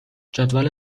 جدول